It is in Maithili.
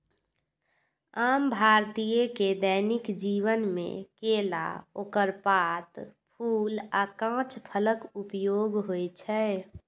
आम भारतीय के दैनिक जीवन मे केला, ओकर पात, फूल आ कांच फलक उपयोग होइ छै